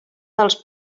dels